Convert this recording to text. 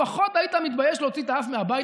לפחות תוריד את הכיפה